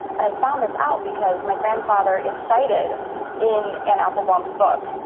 and i found this out because my grandfather is cited in anne applebaum's book.